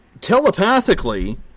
telepathically